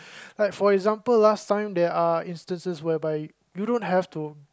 like for example last time there are instances whereby you don't have to